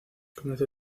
comenzó